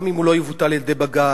גם אם הוא לא יבוטל על-ידי בג"ץ,